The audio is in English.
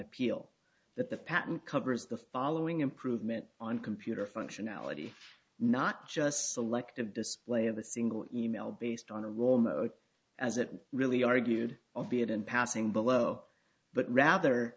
appeal that the patent covers the following improvement on computer functionality not just selective display of a single e mail based on a woman as it really argued of it in passing below but rather